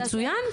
מצוין.